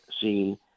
seen –